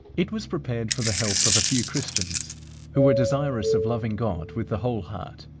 it was prepared for the help of a few christians who were desirous of loving god with the whole heart.